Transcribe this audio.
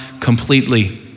completely